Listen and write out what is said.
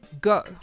go